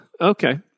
okay